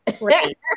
Right